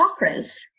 chakras